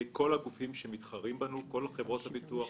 המידע יינתן על ידי כל הגופים שמתחרים בנו - חברות הביטוח,